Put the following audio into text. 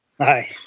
Hi